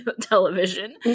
television